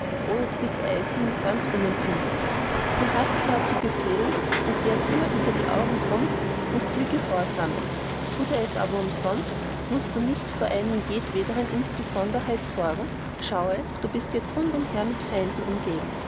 du bist eisern und ganz unempfindlich du hast zwar zu befehlen und wer dir unter augen kommt muß dir gehorsamen tun sie es aber umsonst bist du nicht ihrer aller knecht mußt du nicht vor einen jedwedern insonderheit sorgen schaue du bist jetzt rundumher mit feinden umgeben